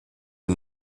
des